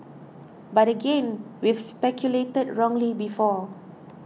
but again we've speculated wrongly before